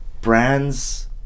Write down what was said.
brands